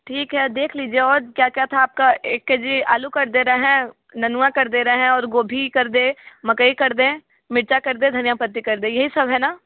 ठीक है देख लीजिए और क्या क्या था आपका एक के जी आलू कर दे रहे हैं ननुआ कर दे रहे हैं और गोभी कर दें मकई कर दें मिर्ची कर दें धनिया पत्ती कर दें यही सब है ना